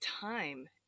time